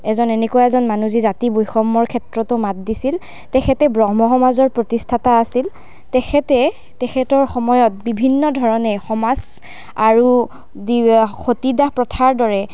এজন এনেকুৱা এজন মানুহ যি জাতি বৈষম্যৰ ক্ষেত্ৰতো মাত দিছিল তেখেতে ব্ৰহ্ম সমাজৰ প্ৰতিষ্ঠাতা আছিল তেখেতে তেখেতৰ সময়ত বিভিন্ন ধৰণে সমাজ আৰু সতীদাহ প্ৰথাৰ দৰে